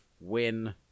win